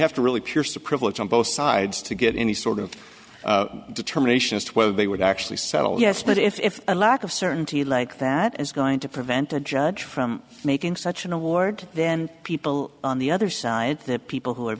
privilege on both sides to get any sort of determination as to whether they would actually settle yes but if a lack of certainty like that is going to prevent a judge from making such an award then people on the other side that people who are